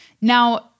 now